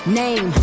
name